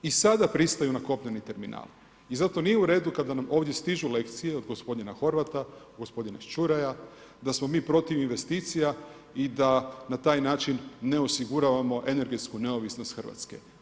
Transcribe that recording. I sada pristaju na kopneni terminal i zato nije u redu kada nam ovdje stižu lekcije od gospodina Horvata, od gospodina Čuraja da smo mi protiv investicija i da na taj način ne osiguravamo energetsku neovisnost Hrvatske.